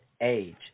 age